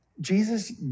Jesus